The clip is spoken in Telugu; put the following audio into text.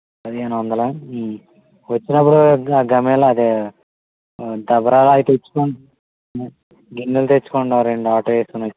పదిహేను వందలా వచ్చినప్పుడు గమలా అదే దబరాలవి తెచ్చుకోండి గిన్నెలు తెచ్చుకోండి ఓ రెండు ఆటో వేసుకొని